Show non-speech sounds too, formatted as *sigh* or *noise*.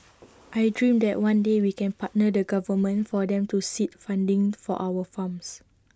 *noise* I dream that one day we can partner the government for them to seed funding for our farms